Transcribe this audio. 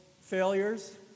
failures